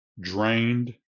drained